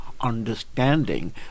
understanding